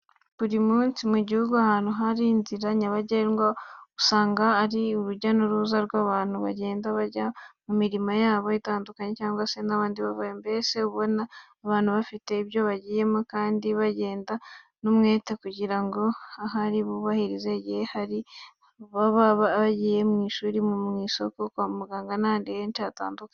Buri munsi mu gihugu ahantu hari inzira nyabagendwa, uba usanga ari urujya n'uruza rw'abantu bagenda bajya mu mirimo yabo itandukanye cyangwa se n'abandi bavayo, mbese uba ubona abantu bafite ibyo bagiyemo kandi bagenda n'umwete kugira ngo ahari bubahirize igihe, hari ababa bagiye ku mashuri, mu isoko, kwa muganga n'ahandi henshi hatandukanye.